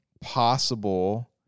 possible